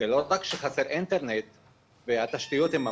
ככה שנוכל לשלב בדיון גם נציגים של